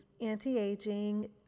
anti-aging